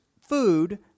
food